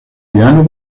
piano